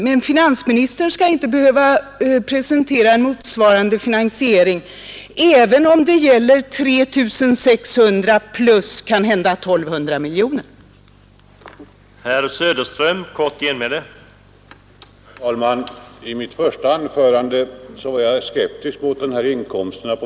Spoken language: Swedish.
Men finansministern skall inte behöva presentera motsvarande finansiering även om det gäller 3 600 miljoner plus kanhända ytterligare 1 200 miljoner, alltså 4—5 miljarder.